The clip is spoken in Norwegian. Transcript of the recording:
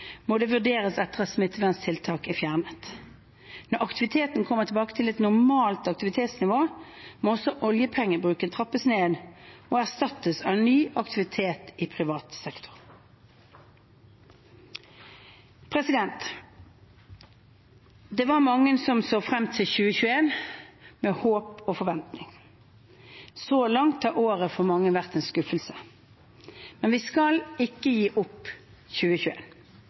må det vurderes etter at smitteverntiltak er fjernet. Når aktiviteten kommer tilbake til et normalt aktivitetsnivå, må også oljepengebruken trappes ned og erstattes av ny aktivitet i privat sektor. Mange så frem til 2021 med håp og forventning. Så langt har året for mange vært en skuffelse. Men vi skal ikke gi opp